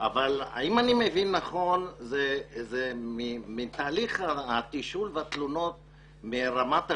אבל אם אני מבין נכון אתה מתאר תהליך תשאול ברמת השטח.